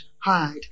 hide